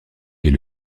est